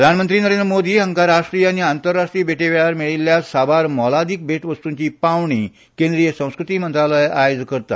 प्रधानमंत्री नरेंद्र मोदी हांका राष्ट्रीय आनी आंतरराष्ट्रीय भेटेवेळार मेळील्ल्या साबार मोलादिक भेटवस्तुंची पावणी केंद्रिय संस्कृती मंत्रालय आयज करता